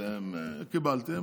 אתם קיבלתם,